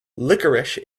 licorice